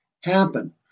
happen